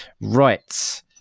Right